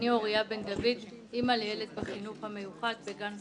אוריה בן דוד, אימא לילד בחינוך המיוחד בגן שפה.